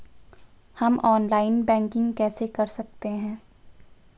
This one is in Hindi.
हम ऑनलाइन बैंकिंग कैसे कर सकते हैं?